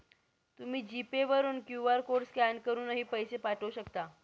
तुम्ही G Pay वरून QR code scan करूनही पैसे पाठवू शकता